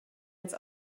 jetzt